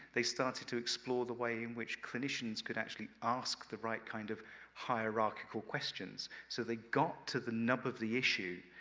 they started to explore the way in which clinicians can actually ask the right kind of hierarchical questions. so, they got to the nub of the issue,